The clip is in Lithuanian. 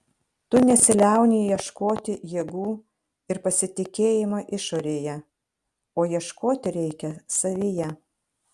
tu nesiliauni ieškoti jėgų ir pasitikėjimo išorėje o ieškoti reikia savyje